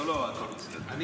לא, לא, הכול בסדר.